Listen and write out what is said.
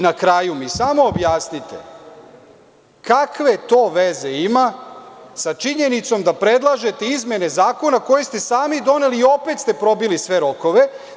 Na kraju, samo mi objasnite kakve to veze ima sa činjenicom da predlažete izmene zakona koji ste sami doneli i opet ste probili sve rokove.